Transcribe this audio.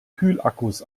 kühlakkus